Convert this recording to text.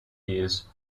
years